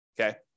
okay